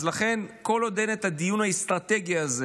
אז לכן, כל עוד אין את הדיון האסטרטגי הזה